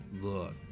look